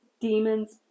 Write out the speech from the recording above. Demons